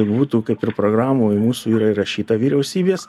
būtų kaip ir programoje mūsų yra įrašyta vyriausybės